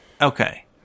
Okay